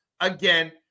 Again